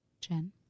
Jen